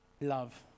Love